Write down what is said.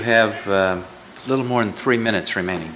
have a little more than three minutes remaining